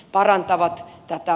parantava tätä